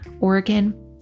Oregon